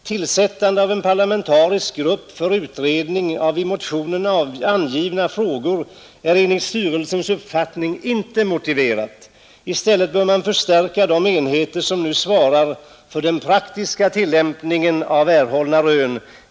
Tillsättande av en parlamentarisk grupp för utredning av i motionen angivna frågor är enligt styrelsens uppfattning inte motiverat. I stället bör man förstärka de enheter som nu svarar för den praktiska tillämpningen av erhållna rön.